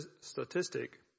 statistic